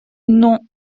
non